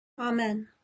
Amen